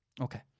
Okay